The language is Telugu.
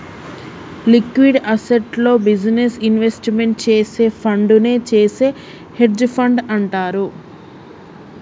లిక్విడ్ అసెట్స్లో బిజినెస్ ఇన్వెస్ట్మెంట్ చేసే ఫండునే చేసే హెడ్జ్ ఫండ్ అంటారు